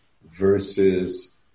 versus